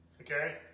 Okay